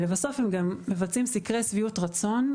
לבסוף הם גם מבצעים סקרי שביעות רצון,